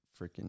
freaking